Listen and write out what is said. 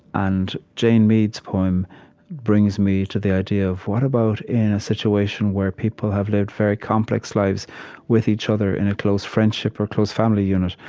and jane mead's poem brings me to the idea of, what about in a situation where people have lived very complex lives with each other in a close friendship or close family unit,